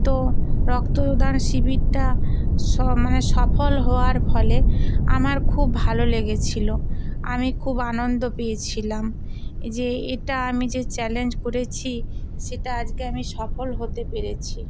তো রক্তদান শিবিরটা স মানে সফল হওয়ার ফলে আমার খুব ভালো লেগেছিলো আমি খুব আনন্দ পেয়েছিলাম যে এটা আমি যে চ্যালেঞ্জ করেছি সেটা আজকে আমি সফল হতে পেরেছি